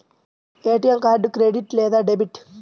ATM card credit లేదా debit?